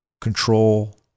Control